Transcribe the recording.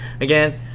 Again